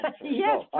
Yes